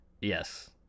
yes